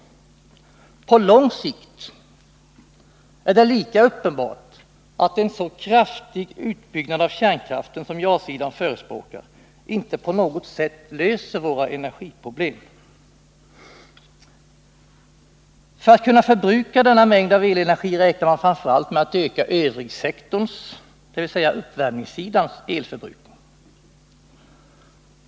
På lång sikt är det lika uppenbart att en så kraftig utbyggnad av kärnkraften som ja-sidan förespråkar inte på något sätt löser våra energiproblem. För att kunna förbruka denna mängd av elenergi räknar man framför allt med att öka övrigsektorns, dvs. uppvärmningssidans, elförbrukning.